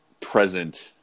present